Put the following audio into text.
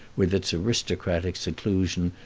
with its aristocratic seclusion,